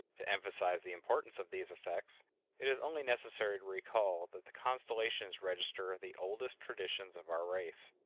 to emphasize the importance of these effects it is only necessary to recall that the constellations register the oldest traditions of our race.